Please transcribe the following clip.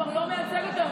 הוא כבר לא מייצג אותם.